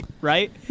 right